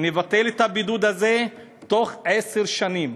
לבטל את הבידוד הזה, בתוך עשר שנים.